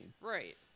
Right